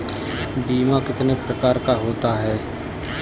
बीमा कितने प्रकार का होता है?